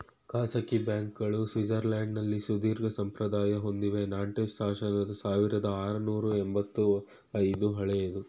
ಖಾಸಗಿ ಬ್ಯಾಂಕ್ಗಳು ಸ್ವಿಟ್ಜರ್ಲ್ಯಾಂಡ್ನಲ್ಲಿ ಸುದೀರ್ಘಸಂಪ್ರದಾಯ ಹೊಂದಿವೆ ನಾಂಟೆಸ್ ಶಾಸನದ ಸಾವಿರದಆರುನೂರು ಎಂಬತ್ತ ಐದು ಹಳೆಯದು